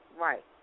Right